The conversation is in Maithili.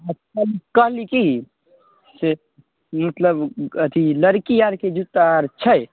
मतलब कहली की से मतलब लड़की आरके जुत्ता आर छै